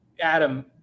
Adam